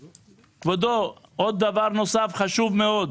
כבודו, דבר נוסף, חשוב מאוד.